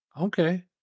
Okay